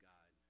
God